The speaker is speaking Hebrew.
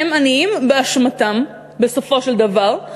הם עניים באשמתם בסופו של דבר,